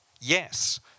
Yes